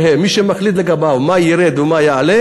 מי שמחליט לגביו מה ירד ומה יעלה,